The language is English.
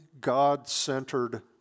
God-centered